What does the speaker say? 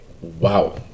Wow